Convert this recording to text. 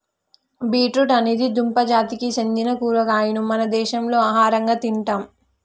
beet root అనేది దుంప జాతికి సెందిన కూరగాయను మన దేశంలో ఆహరంగా తింటాం